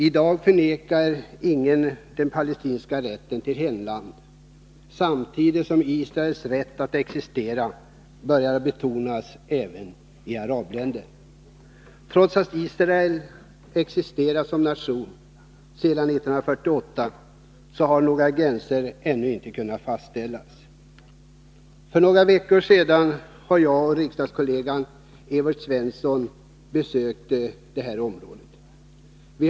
I dag förvägrar ingen palestinierna deras rätt till hemland, samtidigt som Israels rätt att existera börjar betonas även i arabländer. Trots att Israel existerat som nation sedan 1948 har några gränser ännu inte kunnat fastställas. För några veckor sedan besökte riksdagskollegan Evert Svensson och jag området.